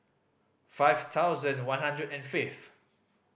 five thousand one hundred and fifth